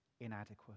inadequate